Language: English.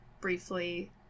briefly